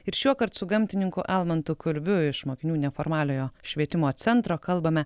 ir šiuokart su gamtininku almantu kulbiu iš mokinių neformaliojo švietimo centro kalbame